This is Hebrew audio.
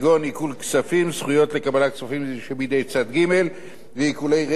זכויות לקבלת כספים מידי צד ג' ועיקולי רכב ברישום ובעין.